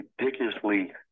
ridiculously